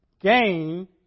gain